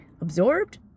absorbed